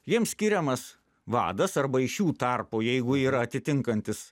jiems skiriamas vadas arba iš jų tarpo jeigu yra atitinkantis